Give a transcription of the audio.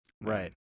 right